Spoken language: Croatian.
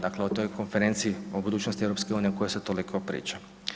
Dakle o toj konferenciji o budućnosti EU o kojoj se toliko priča.